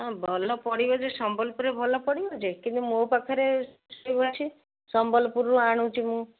ହଁ ଭଲ ପଡ଼ିବ ଯେ ସମ୍ବଲପୁରରେ ଭଲ ପଡ଼ିବ ଯେ କିନ୍ତୁ ମୋ ପାଖରେ ଅଛି ସମ୍ବଲପୁରରୁ ଆଣୁଛି ମୁଁ